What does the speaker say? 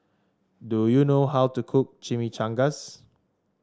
do you know how to cook Chimichangas